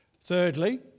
Thirdly